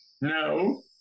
no